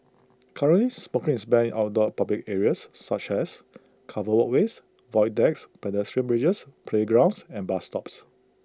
currently smoking is banned in outdoor public areas such as covered walkways void decks pedestrian bridges playgrounds and bus stops